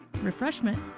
refreshment